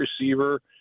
receiver